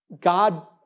God